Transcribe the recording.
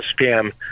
scam